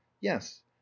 yes